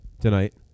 tonight